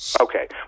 Okay